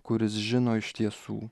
kuris žino iš tiesų